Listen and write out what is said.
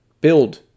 build